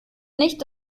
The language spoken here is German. nicht